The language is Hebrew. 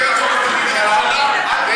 נגד, חקיקה ממשלתית.